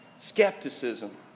Skepticism